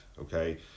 okay